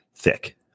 Thick